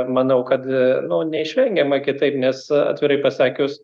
manau kad nu neišvengiamai kitaip nes atvirai pasakius